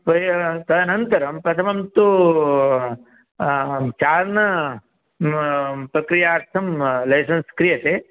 तदनन्तर प्रथमं तु चार्न् प्रक्रियार्थं लैसेन्स् क्रियते